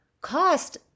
cost